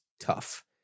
tough